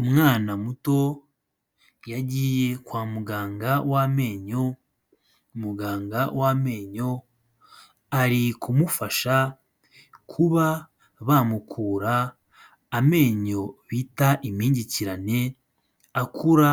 Umwana muto yagiye kwa muganga w' amenyo, muganga wamenyo ari kumufasha kuba bamukura amenyo bita impingikirane akura